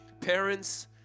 parents